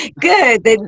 good